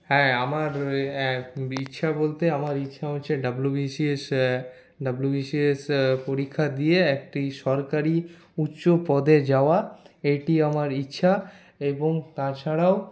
হ্যাঁ আমার ইচ্ছা বলতে আমার ইচ্ছা হচ্ছে ডব্লিউবিসি পরীক্ষা দিয়ে একটি সরকারি উচ্চ পদে যাওয়া এটি আমার ইচ্ছা এবং তাছাড়াও